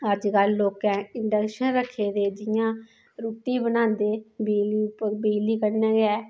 अज्जकल लोकें इंडकंशन रक्खे दे जियां रुट्टी बनांदे बिजली बिजली कन्नै गै